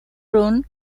run